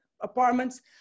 apartments